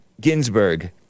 Ginsburg